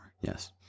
Yes